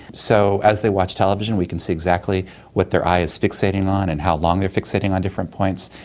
so as they watch television we can see exactly what their eye is fixating on and how long they are fixating on different points.